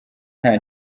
nta